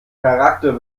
charakter